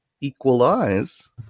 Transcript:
equalize